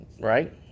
Right